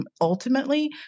ultimately